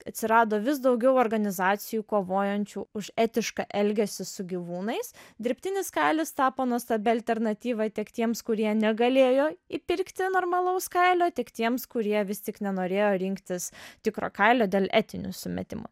atsirado vis daugiau organizacijų kovojančių už etišką elgesį su gyvūnais dirbtinis kailis tapo nuostabia alternatyva tiek tiems kurie negalėjo įpirkti normalaus kailio tiek tiems kurie vis tik nenorėjo rinktis tikro kailio dėl etinių sumetimų